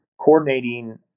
coordinating